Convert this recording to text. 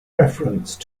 reference